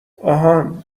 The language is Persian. آهان